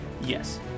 Yes